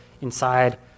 inside